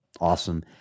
Awesome